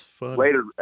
later